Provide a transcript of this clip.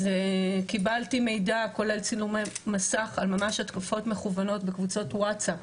אז קיבלתי מידע כולל צילומי מסך על ממש התקפות מכוונות בקבוצות ווטסאפ,